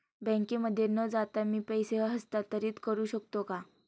बँकेमध्ये न जाता मी पैसे हस्तांतरित करू शकतो का?